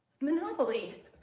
monopoly